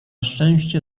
szczęście